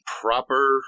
proper